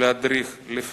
להדריך, לפקח,